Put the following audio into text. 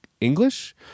English